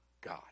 God